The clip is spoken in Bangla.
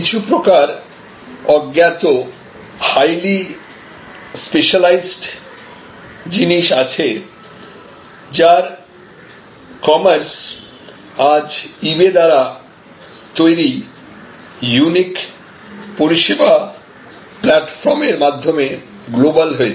কিছু প্রকার অজ্ঞাত হাইলি স্পেশালাইজড জিনিস আছে যার কমার্স আজ ইবে দ্বারা তৈরি ইউনিক পরিষেবা প্লাটফর্ম এর মাধ্যমে গ্লোবাল হয়েছে